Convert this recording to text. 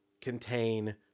contain